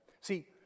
see